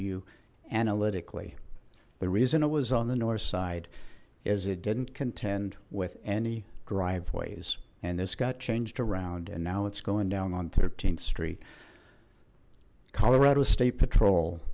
you analytically the reason it was on the north side is it didn't contend with any driveways and this got changed around and now it's going down on th street colorado state patrol